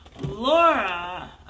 Laura